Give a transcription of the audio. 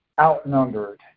outnumbered